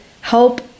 help